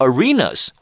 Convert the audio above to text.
Arenas